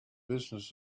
business